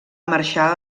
marxar